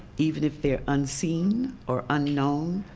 even if they are unseen, or unknown,